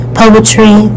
poetry